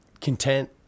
content